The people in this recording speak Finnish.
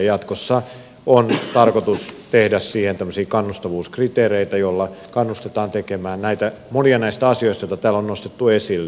jatkossa on tarkoitus tehdä siihen tämmöisiä kannustavuuskriteereitä joilla kannustetaan tekemään monia näistä asioista joita täällä on nostettu esille